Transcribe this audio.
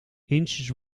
inches